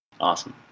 Awesome